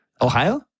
Ohio